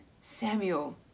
Samuel